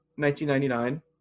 1999